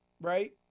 right